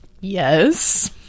Yes